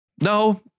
No